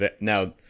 Now